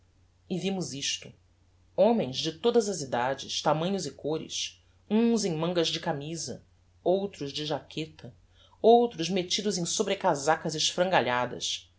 e vimos isto homens de todas as edades tamanhos e côres uns em mangas de camisa outros de jaqueta outros mettidos em